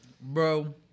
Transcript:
Bro